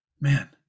man